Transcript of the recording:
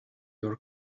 your